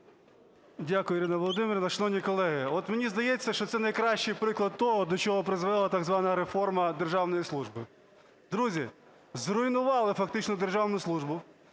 Дякую, Ірино Володимирівно. Шановні колеги, мені здається, що це найкращий приклад того, до чого призвела так звана реформа державної служби. Друзі, зруйнували фактично державну службу.